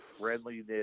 friendliness